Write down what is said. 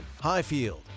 Highfield